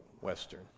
Western